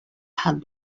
had